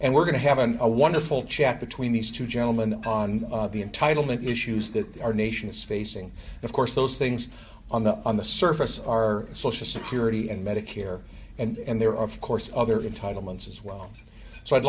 and we're going to have an a wonderful chat between these two gentlemen on the entitlement issues that our nation's facing of course those things on the on the surface our social security and medicare and there are of course other entitlements as well so i'd